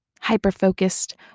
hyper-focused